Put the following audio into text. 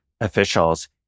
officials